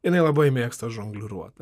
jinai labai mėgsta žongliruot